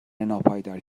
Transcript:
ناپایدار